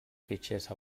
fitxers